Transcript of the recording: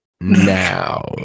now